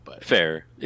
Fair